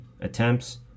attempts